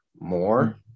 more